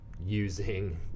using